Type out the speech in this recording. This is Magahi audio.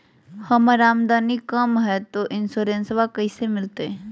हमर आमदनी कम हय, तो इंसोरेंसबा कैसे मिलते?